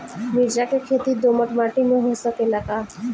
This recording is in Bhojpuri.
मिर्चा के खेती दोमट माटी में हो सकेला का?